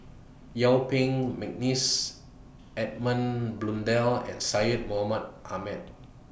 Yuen Peng Mcneice Edmund Blundell and Syed Mohamed Ahmed